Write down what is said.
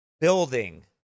building